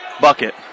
bucket